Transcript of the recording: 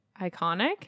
Iconic